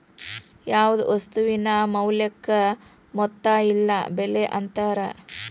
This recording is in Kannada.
ಯಾವ್ದ್ ವಸ್ತುವಿನ ಮೌಲ್ಯಕ್ಕ ಮೊತ್ತ ಇಲ್ಲ ಬೆಲೆ ಅಂತಾರ